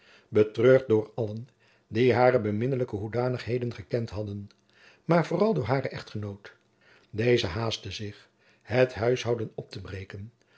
betreurd door allen die hare beminnelijke hoedanigheden gekend hadden maar vooral door haren echtgenoot deze haastte zich het huishouden op te breken